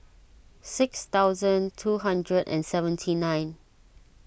six thousand two hundred and seventy nine